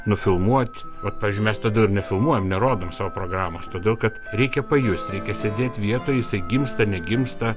nufilmuot vat pavyzdžiui mes tada ir nefilmuojam nerodom o programos todėl kad reikia pajusti reikia sėdėt vietoj jisai gimsta negimsta